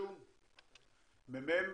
הממ"מ?